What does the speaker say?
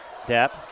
Depp